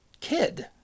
kid